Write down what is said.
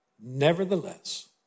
Nevertheless